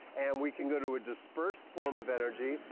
and we can go to a dispersed form of energy,